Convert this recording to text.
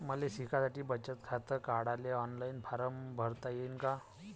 मले शिकासाठी बचत खात काढाले ऑनलाईन फारम भरता येईन का?